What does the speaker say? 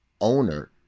owner